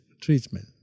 treatment